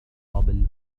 قبل